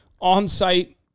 on-site